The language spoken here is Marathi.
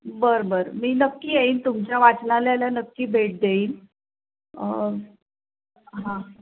बरं बरं मी नक्की येईन तुमच्या वाचनालयाला नक्की भेट देईन हां